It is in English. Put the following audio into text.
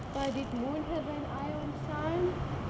but did moon have an eye on sun